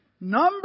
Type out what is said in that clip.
Number